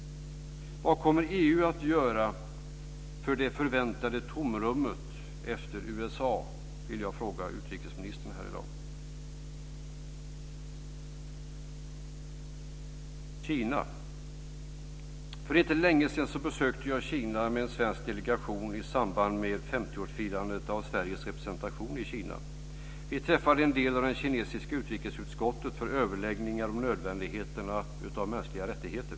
Vad kommer EU att göra i det förväntade tomrummet efter USA, utrikesministern? För inte så länge sedan besökte jag Kina med en svensk delegation i samband med 50-årsfirandet av Sveriges representation i Kina. Vi träffade en del av det kinesiska utrikesutskottet för överläggningar om nödvändigheten av mänskliga rättigheter.